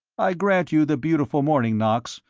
i grant you the beautiful morning, knox,